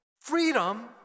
freedom